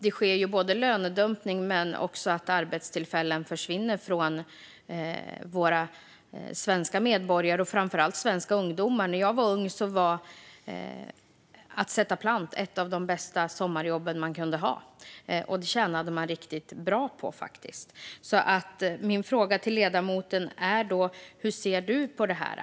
Det sker en lönedumpning, och arbetstillfällen försvinner från våra svenska medborgare och framför allt svenska ungdomar. När jag var ung var att sätta plantor ett av de bästa sommarjobben man kunde ha. Det tjänade man riktigt bra på, faktiskt. Min fråga till ledamoten är: Hur ser ledamoten på detta?